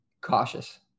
cautious